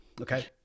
Okay